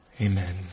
Amen